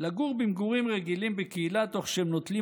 לגור במגורים רגילים בקהילה תוך שהם נוטלים